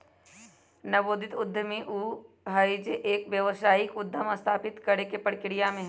नवोदित उद्यमी ऊ हई जो एक व्यावसायिक उद्यम स्थापित करे के प्रक्रिया में हई